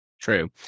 True